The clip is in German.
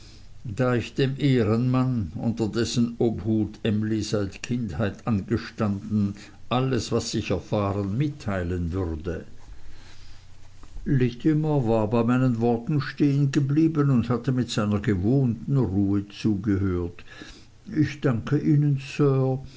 da ich dem ehrenmann unter dessen obhut emly seit kindheit an gestanden alles was ich erfahren mitteilen würde littimer war bei meinen worten stehen geblieben und hatte mit seiner gewohnten ruhe zugehört ich danke ihnen sir